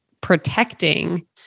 protecting